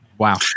Wow